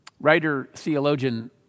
Writer-theologian